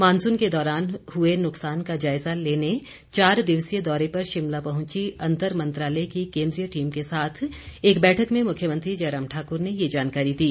monsoon के दौरान हुए नुकसान का जायजा लेने चार दिवसीय दौरे पर शिमला पहुंची अंतरमंत्रालय की केंद्रीय टीम के साथ एक बैठक में मुख्यमंत्री जयराम ठाकुर ने ये जानकारी दी